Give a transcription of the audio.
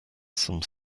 some